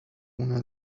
una